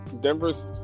Denver's